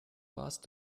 warst